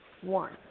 One